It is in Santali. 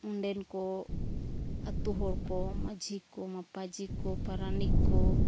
ᱚᱸᱰᱮᱱ ᱠᱚ ᱟᱹᱛᱩ ᱦᱚᱲ ᱠᱚ ᱢᱟᱺᱡᱷᱤ ᱠᱚ ᱢᱟᱯᱟᱡᱤ ᱠᱚ ᱯᱟᱨᱟᱱᱤᱠ ᱠᱚ